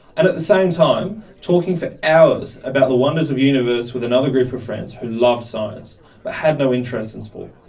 and at the same time, talking for hours about the wonders of the universe with another group of friends who loved science but had no interest in sport.